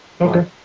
Okay